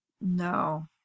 No